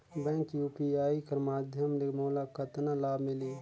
Bank UPI कर माध्यम ले मोला कतना लाभ मिली?